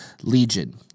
Legion